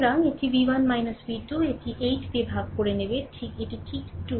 সুতরাং এটি v 1 v 2 এটি 8 দিয়ে ভাগ করে নেবে এটি ঠিক 2